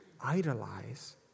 idolize